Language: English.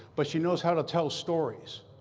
but she knows how to tell stories.